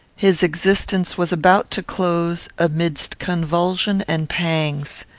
his existence was about to close amidst convulsion and pangs.